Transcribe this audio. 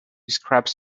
describe